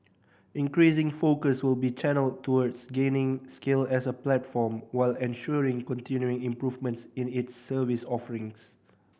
increasing focus will be channelled towards gaining scale as a platform while ensuring continuing improvements in its service offerings